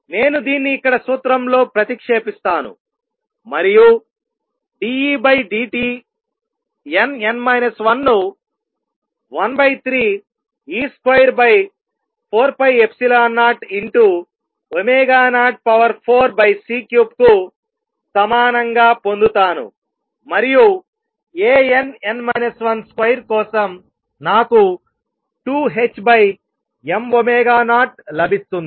నేను దీన్ని ఇక్కడ సూత్రంలో ప్రతిక్షేపిస్తాను మరియు dEdtnn 1 ను 13e24π004c3 కు సమానంగా పొందుతాను మరియు Ann 12 కోసం నాకు 2ℏm0 లభిస్తుంది